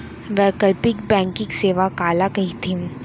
वैकल्पिक बैंकिंग सेवा काला कहिथे?